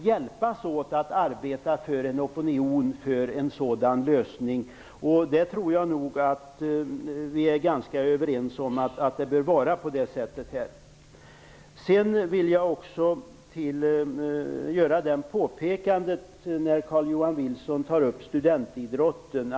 hjälpas åt att arbeta för en opinion för en sådan lösning. Jag tror att vi är ganska överens om det. Carl-Johan Wilson tar upp studentidrotten.